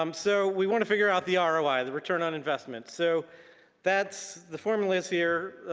um so we want to figure out the ah roi, the return on investment. so that's, the formula's here,